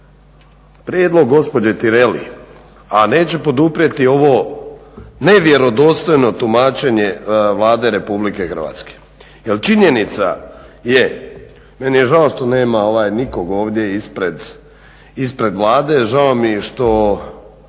Prijedlog gospođe Tireli, a neće poduprijeti ovo nevjerodostojno tumačenje Vlade RH. Jer činjenica je, meni je žao što nema nikog ovdje ispred Vlade, žao mi je